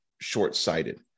short-sighted